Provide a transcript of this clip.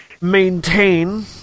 maintain